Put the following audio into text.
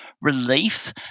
relief